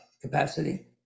capacity